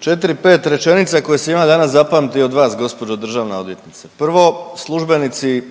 4, 5 rečenica koje sam ja danas zapamtio od vas, gđo državna odvjetnice. Prvo, službenici